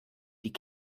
die